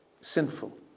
sinful